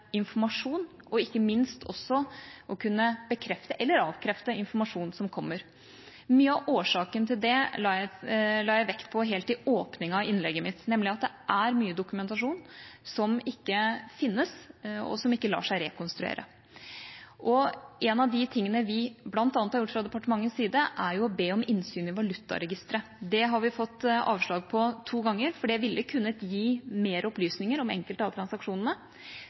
informasjon og ikke minst også å kunne bekrefte eller avkrefte informasjonen som kommer. Mye av årsaken til det la jeg vekt på helt i åpningen av innlegget mitt, nemlig at det er mye dokumentasjon som ikke fins, og som ikke lar seg rekonstruere. En av de tingene vi bl.a. har gjort fra departementets side, er å be om innsyn i valutaregisteret – det har vi fått avslag på to ganger – for det ville kunnet gi flere opplysninger om enkelte av transaksjonene.